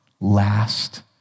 last